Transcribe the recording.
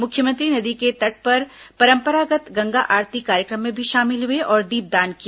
मुख्यमंत्री नदी के तट पर परंपरागत गंगा आरती कार्यक्रम में भी शामिल हुए और दीपदान किया